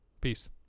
peace